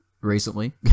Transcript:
recently